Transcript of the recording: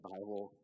Bible